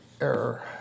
error